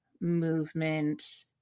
movement